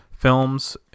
films